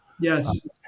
yes